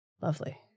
Lovely